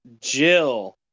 Jill